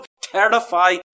terrify